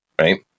right